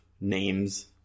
names